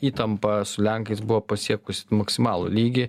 įtampa su lenkais buvo pasiekusi maksimalų lygį